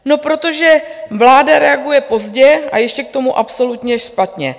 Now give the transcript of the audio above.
No protože vláda reaguje pozdě a ještě k tomu absolutně špatně.